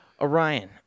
Orion